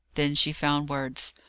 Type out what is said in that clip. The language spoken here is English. then she found words.